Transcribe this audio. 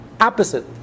opposite